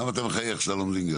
למה אתה מחייך, שלום זינגר?